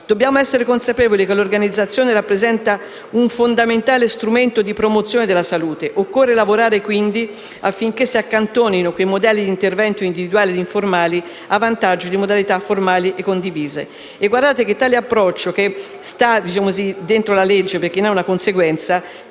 Dobbiamo essere consapevoli che l'organizzazione rappresenta un fondamentale strumento di promozione della salute. Occorre lavorare quindi affinché si accantonino i modelli di intervento individuali e informali, a vantaggio di modalità formali e condivise. Guardate che tale approccio organizzativo, che sta dentro la legge, perché ne è una conseguenza,